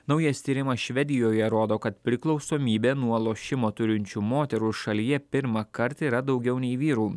naujas tyrimas švedijoje rodo kad priklausomybę nuo lošimo turinčių moterų šalyje pirmąkart yra daugiau nei vyrų